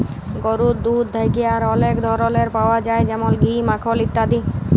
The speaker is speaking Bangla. গরুর দুহুদ থ্যাকে আর অলেক ধরলের পাউয়া যায় যেমল ঘি, মাখল ইত্যাদি